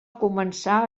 començar